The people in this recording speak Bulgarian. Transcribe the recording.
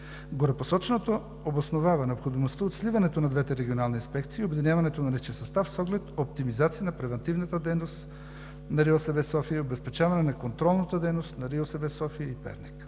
Горепосоченото обосновава необходимостта от сливането на двете регионални инспекции и обединяването на личния състав с оглед оптимизация на превантивната дейност на РИОСВ – София, и обезпечаване на контролната дейност на РИОСВ – София и Перник,